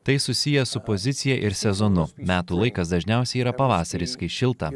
tai susiję su pozicija ir sezonu metų laikas dažniausiai yra pavasaris kai šilta